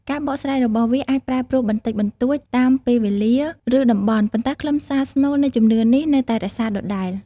ការបកស្រាយរបស់វាអាចប្រែប្រួលបន្តិចបន្តួចតាមពេលវេលា ឬតំបន់ ប៉ុន្តែខ្លឹមសារស្នូលនៃជំនឿនេះនៅតែរក្សាដដែល។